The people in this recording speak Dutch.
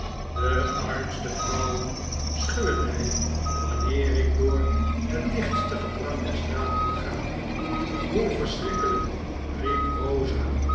de armste vrouwen schuwen mij wanneer ik door het dichtste gedrang der straten ga hoe verschrikkelijk riep rosa